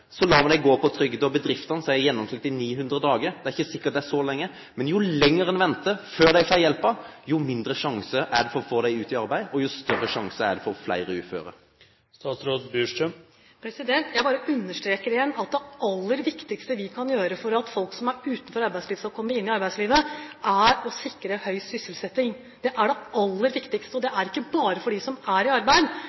man disse menneskene gå på trygd. Og bedriftene sier gjennomsnittlig 900 dager. Det er ikke sikkert at det er så lenge. Men jo lenger en venter før de får hjelpen, jo mindre sjanse er det for å få dem ut i arbeid, og jo større sjanse er det for å få flere uføre. Jeg bare understreker igjen at det aller viktigste vi kan gjøre for at folk som er utenfor arbeidslivet, skal komme inn i arbeidslivet, er å sikre høy sysselsetting. Vi vet også at det er